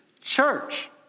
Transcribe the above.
church